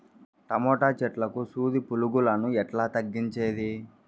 Tomato చెట్లకు సూది పులుగులను ఎట్లా తగ్గించేది?